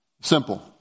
Simple